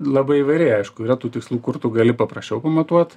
labai įvairiai aišku yra tų tikslų kur tu gali paprasčiau pamatuot